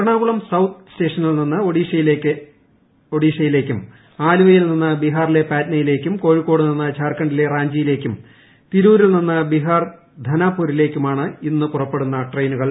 എറണാകുളം ് സൌത്ത് സ്റ്റേഷനിൽ നിന്ന് ഒഡീഷയിലെ ഭുവനേശ്വറിലേക്കും ആലുവയിൽ നിന്ന് ബിഹാറിലെ പാറ്റ്നയിലേക്കും കോഴിക്കോട് നിന്ന് ത്ധാർഖണ്ഡിലെ റാഞ്ചിയിലേക്കും തിരൂരിൽ നിന്നും ബിഹാർ ധാനപൂരിലേയുമാണ് ഇന്ന് പുറപ്പെടുന്ന മറ്റ് നാല് ട്രെയിനുകൾ